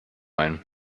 ein